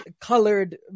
colored